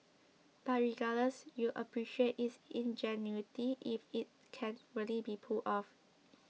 but regardless you'd appreciate its ingenuity if it can really be pulled off